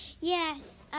Yes